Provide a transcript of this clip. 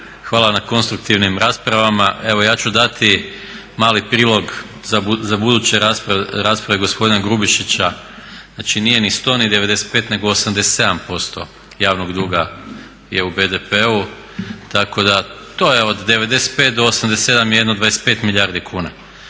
Hvala na konstruktivnim raspravama. Evo ja ću dati mali prilog za buduće rasprave gospodina Grubišića znači nije ni 100 ni 95 nego 87% javnog duga je u BDP-u tako da, to je od 95 do 87 jedno 25 milijardi kuna,